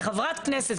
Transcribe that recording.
כחברת כנסת,